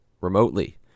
remotely